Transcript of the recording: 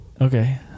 Okay